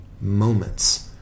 moments